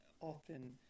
often